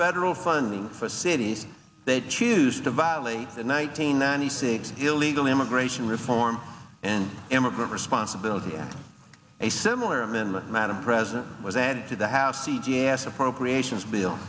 federal funding for cities they choose to violate the one nine hundred ninety six illegal immigration reform and immigrant responsibility and a similar amendment madam president was added to the house d g s appropriations bill